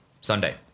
Sunday